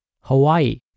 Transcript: Hawaii